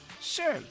Sure